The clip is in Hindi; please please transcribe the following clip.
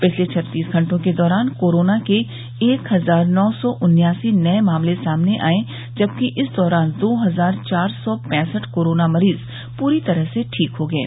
पिछले छत्तीस घंटों के दौरान कोरोना के एक हजार नौ सौ उन्यासी नये मामले सामने आये जबकि इस दौरान दो हजार चार सौ पैंसठ कोरोना मरीज पूरी तरह से ठीक हो गये